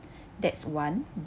that's one